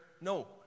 no